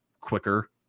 quicker